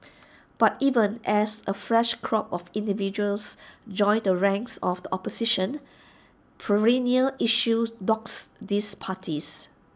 but even as A fresh crop of individuals joins the ranks of the opposition perennial issues dogs these parties